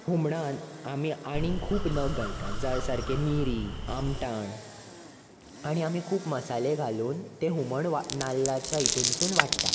हुमणान आमी आनीक खूब नग घालतात जावं सारकें मिरीं आमटाण आनी आमी खूब मसालो घालून तें हुमण वा नाल्लाच्या हितुनसून वाडटा